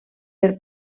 per